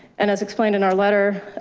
and as explained in our letter,